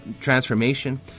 transformation